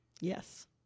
Yes